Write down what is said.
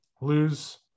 Lose